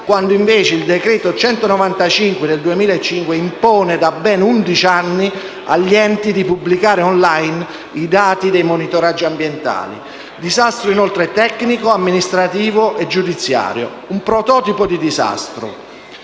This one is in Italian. quando invece il decreto n. 195 del 2005 impone da ben undici anni agli enti di pubblicare *online* i dati dei monitoraggi ambientali. È stato inoltre un disastro tecnico, amministrativo e giudiziario, un prototipo di disastro.